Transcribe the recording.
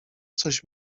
coś